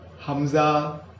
Hamza